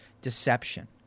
deception